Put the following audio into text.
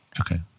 Okay